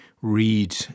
read